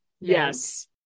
yes